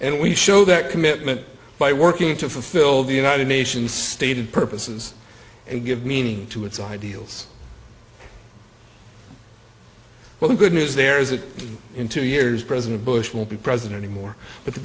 and we show that commitment by working to fulfill the united nations stated purposes and give meaning to its ideals well the good news there is that in two years president bush will be president anymore but the